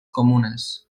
comunes